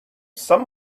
some